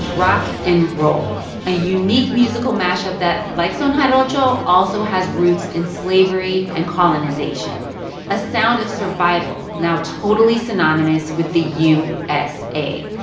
rock n roll a unique musical mash-up that, like son jarocho, also has roots in slavery and colonization a sound of survival now totally synonymous with the u s a.